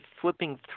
flipping